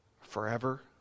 forever